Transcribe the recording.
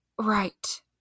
Right